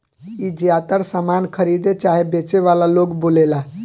ई ज्यातर सामान खरीदे चाहे बेचे वाला लोग बोलेला